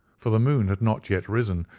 for the moon had not yet risen,